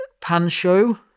Pancho